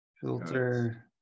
Filter